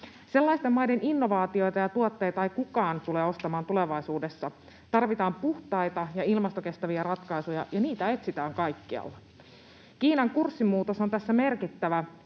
Sellaisten maiden innovaatioita ja tuotteita ei kukaan tule ostamaan tulevaisuudessa. Tarvitaan puhtaita ja ilmastokestäviä ratkaisuja, ja niitä etsitään kaikkialla. Kiinan kurssimuutos on tässä merkittävä